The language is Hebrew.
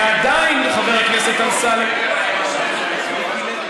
עכשיו היא תצעק עליך.